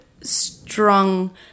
strong